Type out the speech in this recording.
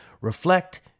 reflect